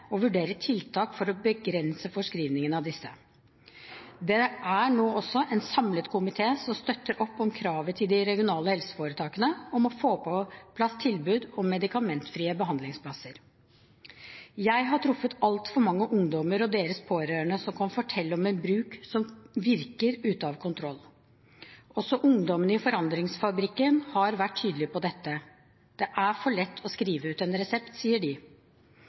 og vurdere tiltak for å begrense forskrivningen av disse. Det er nå også en samlet komité som støtter opp om kravet til de regionale helseforetakene om å få på plass tilbud om medikamentfrie behandlingsplasser. Jeg har truffet altfor mange ungdommer og deres pårørende som kan fortelle om en bruk som virker ute av kontroll. Også ungdommene i Forandringsfabrikken har vært tydelig på dette. Det er for lett å skrive ut en resept, sier de.